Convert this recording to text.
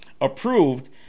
approved